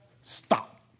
stop